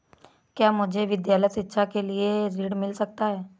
क्या मुझे विद्यालय शिक्षा के लिए ऋण मिल सकता है?